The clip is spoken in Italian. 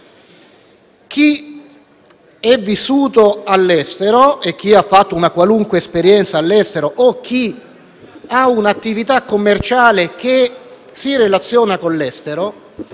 Chi è vissuto all'estero e ha fatto una qualunque esperienza all'estero o chi ha un'attività commerciale che si relaziona con l'estero